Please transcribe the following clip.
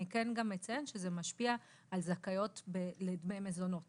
אני כן אציין שזה משפיע על זכאיות לדמי מזונות